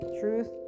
truth